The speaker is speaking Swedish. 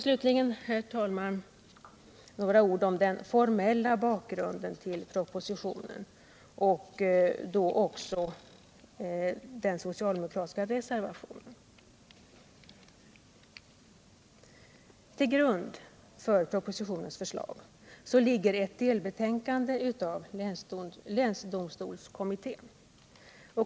Slutligen, herr talman, några ord om den formella bakgrunden till propositionen och då också den socialdemokratiska reservationen. Till grund för propositionens förslag ligger ett delbetänkande av länsdomstolskommittén.